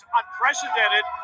unprecedented